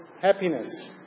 happiness